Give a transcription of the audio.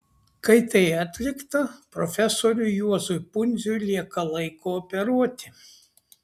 kai tai atlikta profesoriui juozui pundziui lieka laiko operuoti